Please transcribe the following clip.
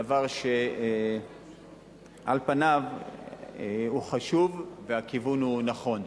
דבר שעל פניו הוא חשוב והכיוון הוא נכון.